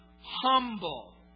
humble